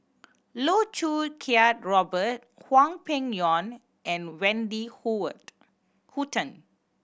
Loh Choo Kiat Robert Hwang Peng Yuan and Wendy Hutton